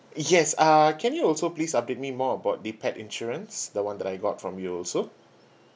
yes uh can you also please update me more about the pet insurance the one that I got from you also